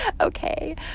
okay